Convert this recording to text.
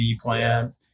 plan